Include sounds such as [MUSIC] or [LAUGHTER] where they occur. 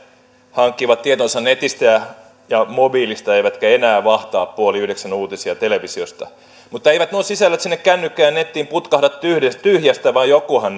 hankkivat tietonsa netistä ja ja mobiilista eivätkä enää vahtaa puoli yhdeksän uutisia televisiosta mutta eivät nuo sisällöt sinne kännykkään ja nettiin putkahda tyhjästä tyhjästä vaan jokuhan [UNINTELLIGIBLE]